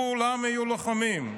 כולם היו לוחמים.